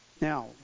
Now